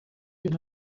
even